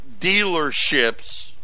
dealerships